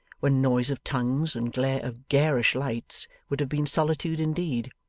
when noise of tongues and glare of garish lights would have been solitude indeed.